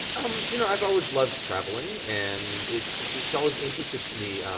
um you know i've always loved traveling, and it's it's always interested me.